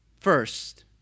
First